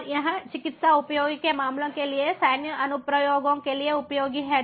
और यह चिकित्सा उपयोग के मामलों के लिए सैन्य अनुप्रयोगों के लिए उपयोगी है